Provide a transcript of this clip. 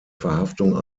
verhaftung